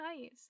nice